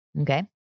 Okay